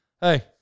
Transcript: Hey